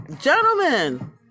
gentlemen